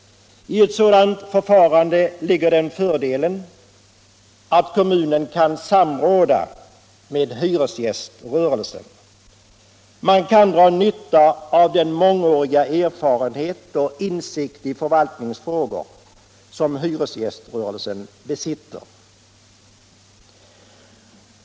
I ett sådant förfarande ligger den fördelen att kommunen kan samråda med hyresgäströrelsen. Man kan dra nytta av den mångåriga erfarenhet och insikt i förvaltningsfrågor som hyresgäströrelsen besitter.